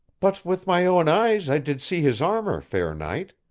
but with my own eyes i did see his armor, fair knight.